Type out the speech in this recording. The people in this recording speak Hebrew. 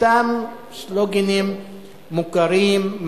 אותם סלוגנים מוכרים,